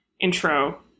intro